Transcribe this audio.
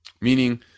meaning